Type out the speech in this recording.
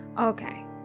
Okay